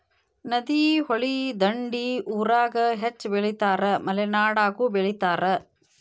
ನದಿ, ಹೊಳಿ ದಂಡಿ ಊರಾಗ ಹೆಚ್ಚ ಬೆಳಿತಾರ ಮಲೆನಾಡಾಗು ಬೆಳಿತಾರ